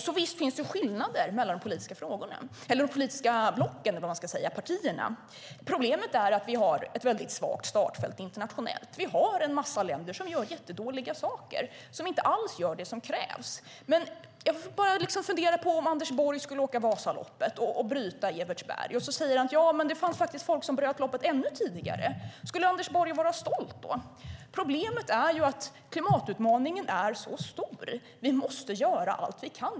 Så visst finns det skillnader mellan de politiska blocken och partierna. Problemet är att vi har ett svagt startfält internationellt. Vi har en massa länder som gör jättedåliga saker och som inte alls gör det som krävs. Jag funderar på hur det skulle vara om Anders Borg skulle åka Vasaloppet och bryta i Evertsberg och sedan säga: Det fanns folk som bröt loppet ännu tidigare. Skulle Anders Borg vara stolt då? Problemet är att klimatutmaningen är så stor. Vi måste göra allt vi kan.